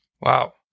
Wow